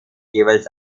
jeweils